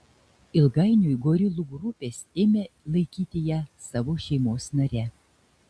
ilgainiui gorilų grupės ėmė laikyti ją savo šeimos nare